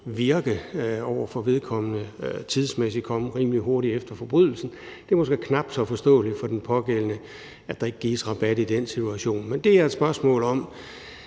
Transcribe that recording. virke over for vedkommende og tidsmæssigt komme rimelig hurtigt efter forbrydelsen. Det er så måske knap så forståeligt for den pågældende, at der ikke gives rabat i den situation. Men det er et spørgsmål om